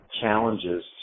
challenges